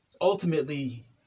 ultimately